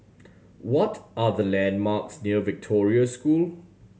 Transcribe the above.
what are the landmarks near Victoria School